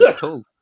cool